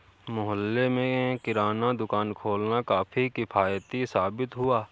मोहल्ले में किराना दुकान खोलना काफी किफ़ायती साबित हुआ